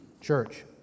church